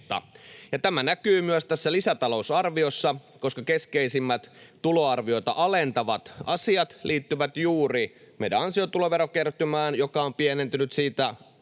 tämä näkyy myös tässä lisätalousarviossa, koska keskeisimmät tuloarvioita alentavat asiat liittyvät juuri meidän ansiotuloverokertymään, joka on pienentynyt siitä